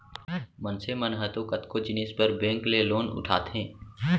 मनसे मन ह तो कतको जिनिस बर बेंक ले लोन उठाथे